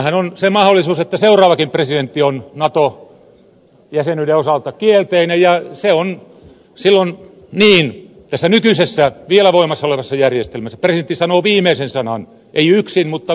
siinähän on se mahdollisuus että seuraavakin presidentti on nato jäsenyyden osalta kielteinen ja se on silloin niin tässä nykyisessä vielä voimassa olevassa järjestelmässä että presidentti sanoo viimeisen sanan ei yksin mutta viimeisen sanan